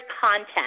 content